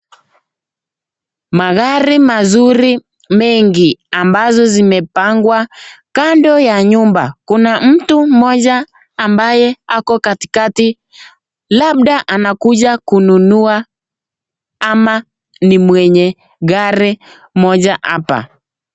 Magari mazuri mengi ambazo imepangwa kando ya nyumba. Kuna mtu mmoja ambaye ako katikati labda anakuja kununua ama ni mwenye gari moja hapa.